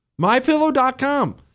mypillow.com